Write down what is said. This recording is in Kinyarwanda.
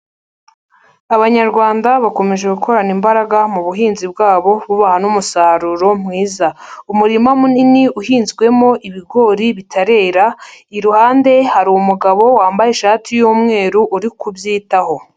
Abanyarwanda bakomeje gukorana imbaraga mu buhinzi bwabo bubaha n'umusaruro mwiza. Umurima munini uhinzwemo ibigori bitarera, iruhande hari umugabo wambaye ishati y'umweru, uri kubyitaho.